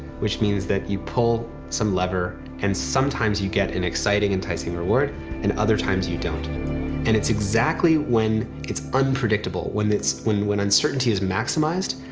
which means that you pull some lever, and sometimes you get an exciting enticing reward and other times you don't. and and it's exactly when it's unpredictable when it's unpredictable, when uncertainty is maximised,